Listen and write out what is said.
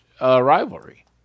rivalry